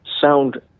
sound